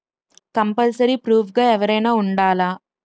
Compulsory proof గా ఎవరైనా ఉండాలా?